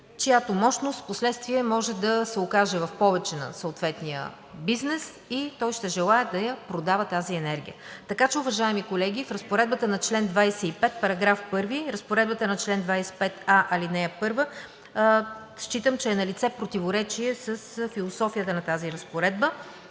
чиято мощност впоследствие може да се окаже в повече на съответния бизнес и той ще желае да я продава тази енергия. Така че, уважаеми колеги, в разпоредбата на чл. 25, § 1, разпоредбата на чл. 25а, ал. 1 считам, че е налице противоречие с философията на тази разпоредба,